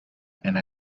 and